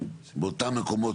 באותם מקומות